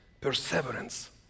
perseverance